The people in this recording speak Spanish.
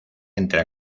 entre